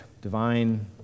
divine